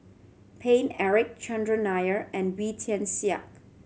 Paine Eric Chandran Nair and Wee Tian Siak